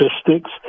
statistics